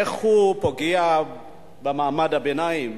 איך הוא פוגע במעמד הביניים